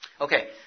Okay